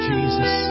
Jesus